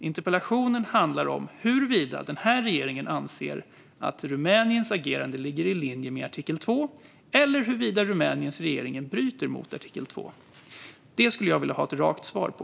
Interpellationen handlar om huruvida den här regeringen anser att Rumäniens agerande ligger i linje med artikel 2 eller huruvida Rumäniens regering bryter mot artikel 2. Det skulle jag vilja ha ett rakt svar på.